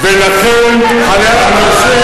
למה אתם,